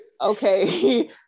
okay